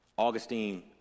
Augustine